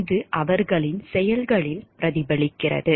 இது அவர்களின் செயல்களில் பிரதிபலிக்கிறது